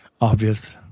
obvious